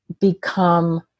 become